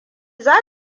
za